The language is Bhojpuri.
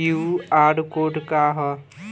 क्यू.आर कोड का ह?